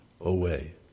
away